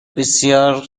بسیار